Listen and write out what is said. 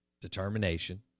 determination